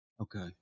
okay